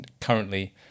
currently